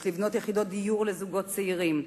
יש לבנות יחידות דיור לזוגות צעירים,